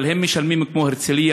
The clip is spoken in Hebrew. אבל הם משלמים כמו הרצליה,